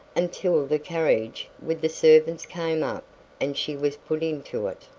until the carriage with the servants came up and she was put into it.